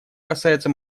касается